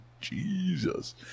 Jesus